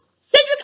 Cedric